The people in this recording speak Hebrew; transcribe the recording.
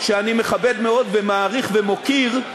שאני מכבד מאוד ומעריך ומוקיר,